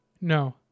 No